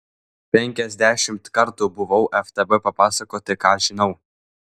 penkiasdešimt kartų buvau ftb papasakoti ką žinau